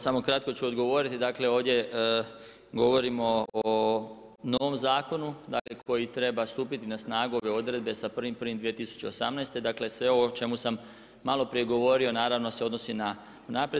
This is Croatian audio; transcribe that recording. Samo kratko ću odgovoriti, dakle, ovdje govorimo o novom zakonu, koji treba stupiti na snagu, ove odredbe sa 1.1.2018. dakle, sve o ovome o čemu sam malo prije govorio naravno se odnosi na naprijed.